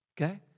Okay